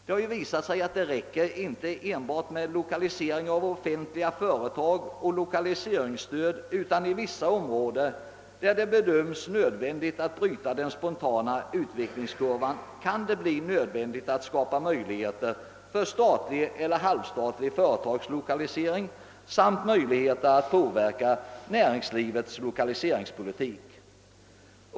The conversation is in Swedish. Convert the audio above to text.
Det har visat sig att det inte räcker enbart med lokalisering av offentliga företag och med lokaliseringsstöd, utan det kan i vissa områden där det bedöms nödvändigt att bryta den spontana utvecklingskurvan bli erforderligt att skapa möjligheter till statlig eller halvstatlig företagslokalisering samt att påverka näringslivets 1okaliseringspolitik.